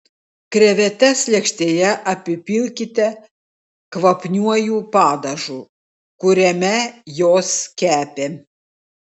krevetes lėkštėje apipilkite kvapniuoju padažu kuriame jos kepė